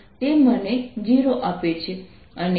અને તેથી હું